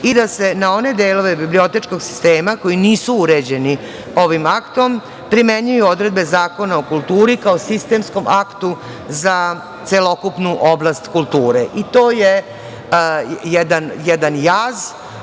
i da se na one delove bibliotečkog sistema koji nisu uređeni ovim aktom primenjuju odredbe Zakona o kulturi kao sistemskom aktu za celokupnu oblast kulture. To je jedan jaz